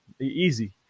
Easy